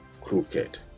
crooked